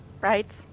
right